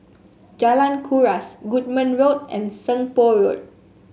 Jalan Kuras Goodman Road and Seng Poh Road